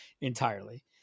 entirely